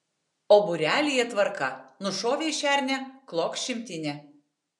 o būrelyje tvarka nušovei šernę klok šimtinę